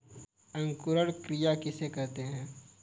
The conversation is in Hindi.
अंकुरण क्रिया किसे कहते हैं?